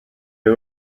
you